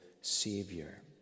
Savior